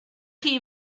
chi